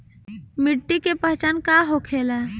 मिट्टी के पहचान का होखे ला?